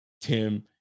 Tim